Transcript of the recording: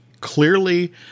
clearly